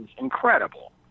incredible